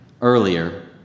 earlier